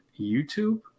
YouTube